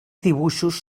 dibuixos